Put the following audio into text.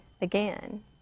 again